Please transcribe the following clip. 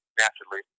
naturally